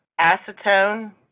acetone